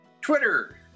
Twitter